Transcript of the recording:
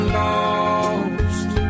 lost